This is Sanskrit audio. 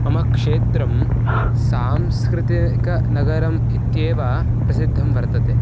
मम क्षेत्रं सांस्कृतिकं नगरम् इत्येव प्रसिद्धं वर्तते